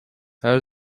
her